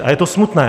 A je to smutné.